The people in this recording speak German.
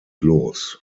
los